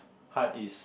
hard is